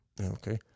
Okay